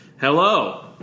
Hello